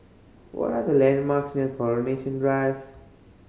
what are the landmarks near Coronation Drive